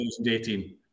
2018